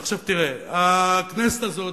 עכשיו תראה, הכנסת הזאת,